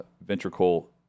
ventricle